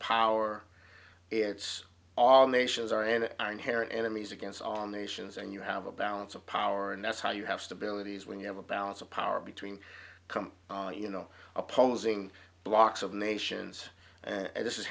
power it's all nations are and are inherent enemies against on nations and you have a balance of power and that's how you have stability is when you have a balance of power between come you know opposing blocks of nations and this is